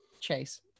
Chase